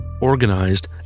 organized